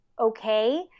Okay